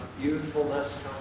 Youthfulness